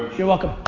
you're welcome.